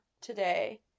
today